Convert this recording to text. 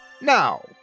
Now